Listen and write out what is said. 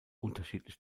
unterschiedlich